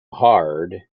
hard